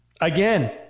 Again